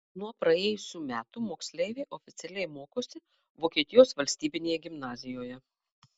nuo praėjusių metų moksleiviai oficialiai mokosi vokietijos valstybinėje gimnazijoje